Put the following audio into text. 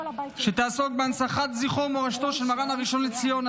שתעסוק בהנצחת זכרו ומורשתו של מרן הראשון לציון,